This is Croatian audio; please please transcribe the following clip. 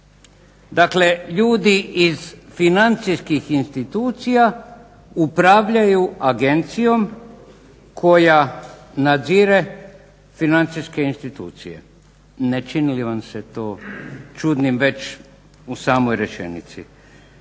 Dakle, ljudi iz financijskih institucija upravljaju agencijom koja nadzire financijske institucije. Ne čini li vam se to čudnim već u samoj rečenici?